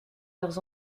leurs